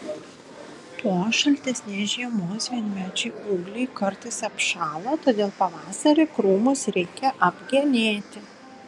po šaltesnės žiemos vienmečiai ūgliai kartais apšąla todėl pavasarį krūmus reikia apgenėti